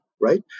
right